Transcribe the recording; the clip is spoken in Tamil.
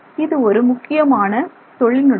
இது ஒரு முக்கியமான தொழில்நுட்பம்